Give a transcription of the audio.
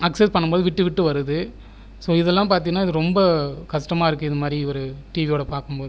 access பண்ணும்போது விட்டு விட்டு வருது ஸோ இதெல்லாம் பார்த்தீனா இது ரொம்ப கஷ்டமா இருக்குது இது மாதிரி ஒரு டிவியோடய பார்க்கும்போது